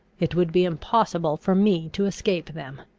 it would be impossible for me to escape them.